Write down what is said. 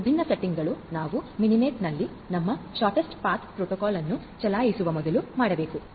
ಈ ವಿಭಿನ್ನ ಸೆಟ್ಟಿಂಗ್ಗಳು ನಾವು ಮಿನಿನೆಟ್ನಲ್ಲಿ ನಮ್ಮ ಶೊರ್ಟ್ಸ್ಟ್ ಪಥ ಪ್ರೋಟೋಕಾಲ್ ಅನ್ನು ಚಲಾಯಿಸುವ ಮೊದಲು ಮಾಡಬೇಕಾಗಿದೆ